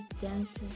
dances